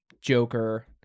Joker